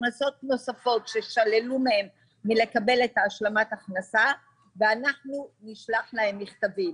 הכנסות נוספות ששללו מהם מלקבל את השלמת ההכנסה ואנחנו נשלח להם מכתבים.